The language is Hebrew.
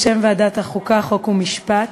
בשם ועדת החוקה, חוק ומשפט,